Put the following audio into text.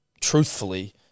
truthfully